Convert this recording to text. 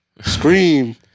Scream